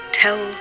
tell